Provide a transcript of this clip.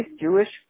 Jewish